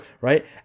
right